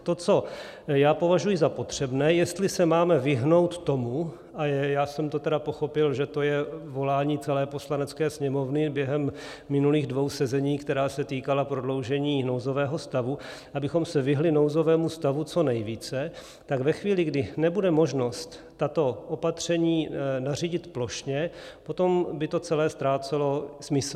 To, co já považuji za potřebné, jestli se máme vyhnout tomu, a já jsem to tedy pochopil, že to je volání celé Poslanecké sněmovny během minulých dvou sezení, která se týkala prodloužení nouzového stavu, abychom se vyhnuli nouzovému stavu co nejvíce, tak ve chvíli, kdy nebude možnost tato opatření nařídit plošně, potom by to celé ztrácelo smysl.